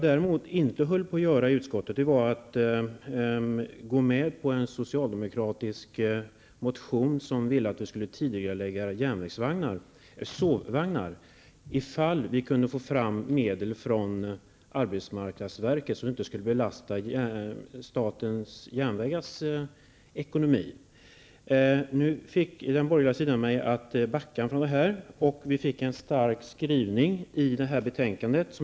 Däremot tänkte jag inte stödja en socialdemokratisk motion där man ville att vi skulle tidigarelägga sovvagnsbeställningar om vi kunde få fram medel från arbetsmarknadsverket så att det inte skulle belasta statens järnvägars ekonomi. Nu fick den borgerliga sidan mig att backa från detta, och vi fick en stark skrivning i det här betänkandet.